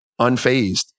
unfazed